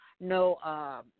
no